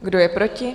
Kdo je proti?